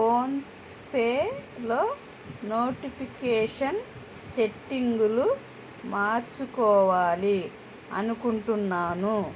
phone పేలో notification సెట్టింగులు మార్చుకోవాలి అనుకుంటున్నాను